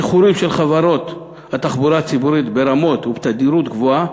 איחורים של חברות התחבורה הציבורית ברמה ובתדירות גבוהות,